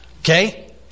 Okay